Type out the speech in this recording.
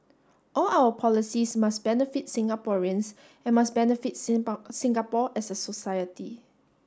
all our policies must benefit Singaporeans and must benefit Singapore as a society